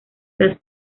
las